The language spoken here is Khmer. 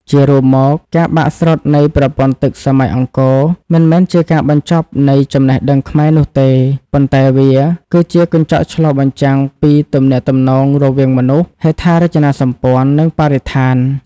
ជារួមមក ការបាក់ស្រុតនៃប្រព័ន្ធទឹកសម័យអង្គរ មិនមែនជាការបញ្ចប់នៃចំណេះដឹងខ្មែរនោះទេ ប៉ុន្តែវាគឺជាកញ្ចក់ឆ្លុះបញ្ចាំងពីទំនាក់ទំនងរវាងមនុស្ស ហេដ្ឋារចនាសម្ព័ន្ធ និងបរិស្ថាន។